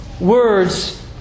words